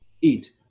eat